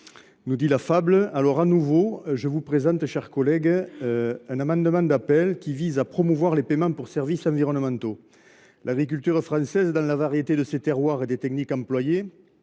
vous présente donc de nouveau, mes chers collègues, un amendement d’appel qui vise à promouvoir les paiements pour services environnementaux. L’agriculture française, dans la variété de ses terroirs et des techniques employées,